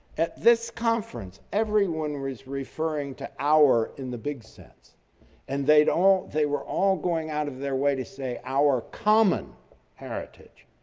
at this conference, everyone who is referring to our in the big sense and they don't they were all going out of their way to say, our common heritage.